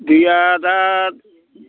दैया दा